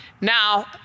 Now